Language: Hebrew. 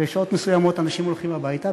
בשעות מסוימות אנשים הולכים הביתה,